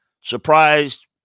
surprised